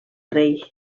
rei